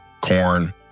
corn